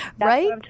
Right